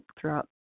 throughout